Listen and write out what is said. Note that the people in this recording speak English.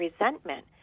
resentment